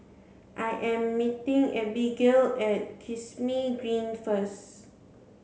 I am meeting Abigale at Kismis Green first